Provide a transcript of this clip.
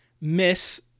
miss